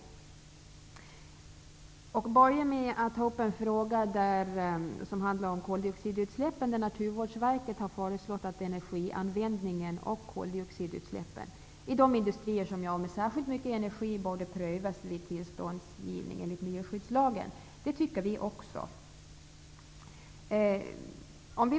Jag börjar med att ta upp frågan om kodioxidutsläppen. Naturvårdsverket har föreslagit att energianvändningen i och koldioxidutsläppen från de industrier som gör av med särskilt mycket energi borde prövas vid tillståndsgivning enligt miljöskyddslagen. Det tycker också vi.